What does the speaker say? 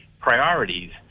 priorities